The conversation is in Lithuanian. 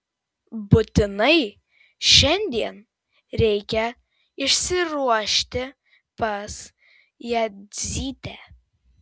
būtinai šiandien reikia išsiruošti pas jadzytę